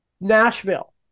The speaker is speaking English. Nashville